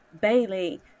Bailey